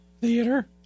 Theater